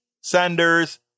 Sanders